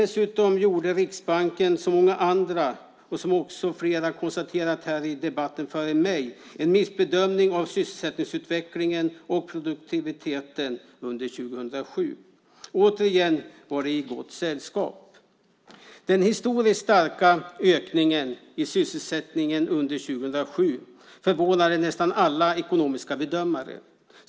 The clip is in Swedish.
Som flera har konstaterat i debatten gjorde Riksbanken, som många andra, dessutom en missbedömning av sysselsättningsutvecklingen och produktiviteten under 2007. Återigen var de i gott sällskap. Den historiskt starka ökningen i sysselsättningen under 2007 förvånade nästan alla ekonomiska bedömare.